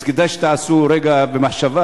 אז כדאי שתקדישו רגע מחשבה,